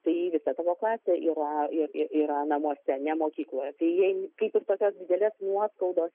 tai visa tavo klasė yra ir yra namuose ne mokykloje tai jai kaip ir tokios didelės nuoskaudos